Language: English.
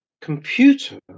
computer